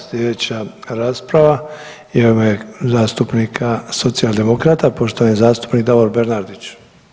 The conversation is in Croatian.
Slijedeća rasprava je u ime zastupnika Socijaldemokrata, poštovani zastupnik Davor Bernardić.